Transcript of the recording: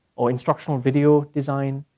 or instructional video design,